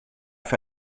für